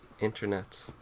internet